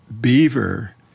beaver